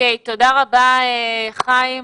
תודה רבה חיים.